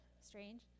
strange